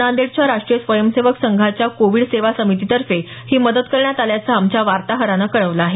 नांदेडच्या राष्ट्रीय स्वयंसेवक संघाच्या कोविड सेवा समितीतर्फे ही मदत करण्यात आल्याचं आमच्या वार्ताहरानं कळवलं आहे